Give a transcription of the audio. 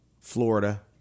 Florida